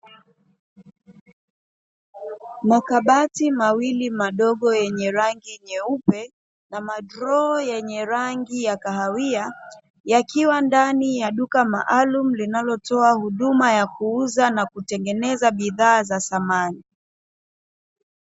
Makabati mawili madogo yenye rangi nyeupe na madroo yenye rangi ya kahawia, yakiwa ndani ya duka maalumu linalotoa huduma ya kuuza na kutengeneza bidhaa za samani.